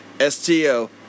STO